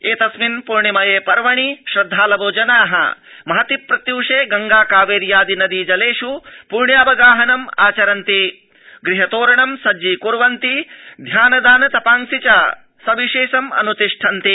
एतस्मिन् पृण्यमये पर्वणि श्रद्धालवो जना महति प्रत्यूषे गङ्गा कावेर्यादि नदी जलेष् पृण्यावगाहनम् आचरन्ति गृहतोरणं सज्जीक्वर्वन्ति ध्यान दान तपांसि च सविशेषम् अन्तिष्ठन्ति